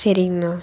சரிங்ண்ணா